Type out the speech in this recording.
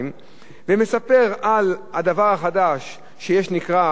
ומספר על הדבר החדש שנקרא "אובדן להלכה".